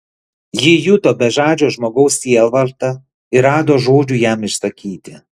ji juto bežadžio žmogaus sielvartą ir rado žodžių jam išsakyti